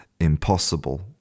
impossible